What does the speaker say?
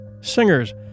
singers